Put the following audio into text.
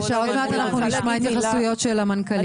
עוד מעט אנחנו נשמע התייחסויות של המנכ"לית.